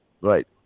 right